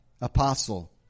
apostle